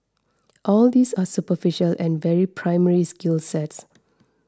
all these are superficial and very primary skill sets